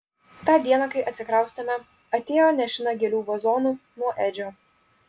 tą dieną kai atsikraustėme atėjo nešina gėlių vazonu nuo edžio